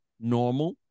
normal